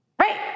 Right